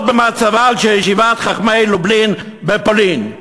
במצבה של ישיבת 'חכמי לובלין' בפולין";